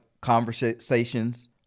conversations